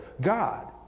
God